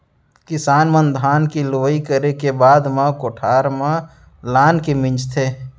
किसान मन धान के लुवई करे के बाद म कोठार म लानके मिंजथे